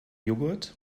joghurt